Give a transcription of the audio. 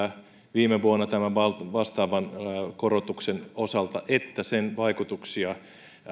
viime vuonna tämän vastaavan korotuksen osalta että sen vaikutuksia